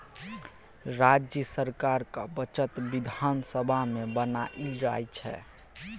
राज्य सरकारक बजट बिधान सभा मे बनाएल जाइ छै